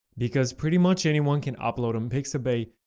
because pretty much anyone can upload on pixabay,